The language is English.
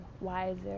wiser